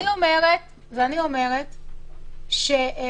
נמצא פה